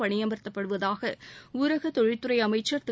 பணியமர்த்தப்படுவதாக ஊரக தொழில்துறை அமைச்சர் திரு